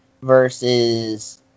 Versus